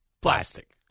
Plastic